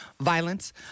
violence